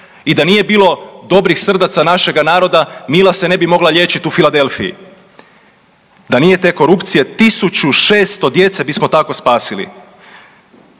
I da nije bilo dobrih srdaca našega naroda Mila se ne bi mogla liječiti u Philadelphiji. Da nije te korupcije 1600 djece bismo tako spasili.